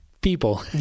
people